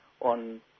on